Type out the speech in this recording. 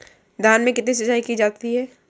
धान में कितनी सिंचाई की जाती है?